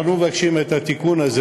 אנחנו מבקשים את התיקון הזה.